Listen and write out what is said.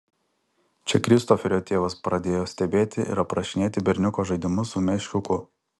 čia kristoferio tėvas pradėjo stebėti ir aprašinėti berniuko žaidimus su meškiuku